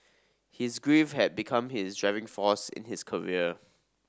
his grief had become his driving force in his career